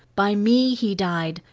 by me he died,